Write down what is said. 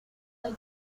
hay